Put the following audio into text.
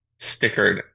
stickered